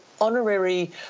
honorary